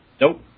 Nope